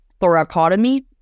thoracotomy